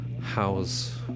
house